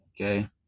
Okay